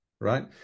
right